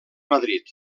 madrid